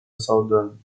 southern